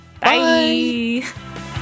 Bye